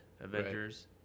Avengers